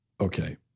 Okay